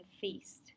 feast